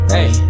Hey